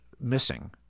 missing